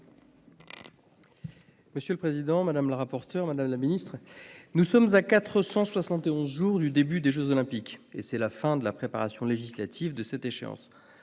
Monsieur le président, madame la ministre, mes chers collègues, nous sommes à 471 jours du début des jeux Olympiques et c'est la fin de la préparation législative de cette échéance.